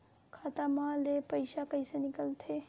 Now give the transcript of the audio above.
खाता मा ले पईसा कइसे निकल थे?